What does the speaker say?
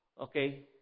okay